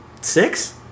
Six